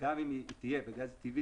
גם אם היא תהיה גז טבעי,